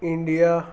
India